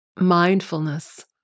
mindfulness